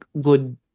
good